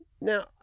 Now